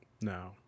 No